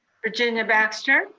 virginia baxter.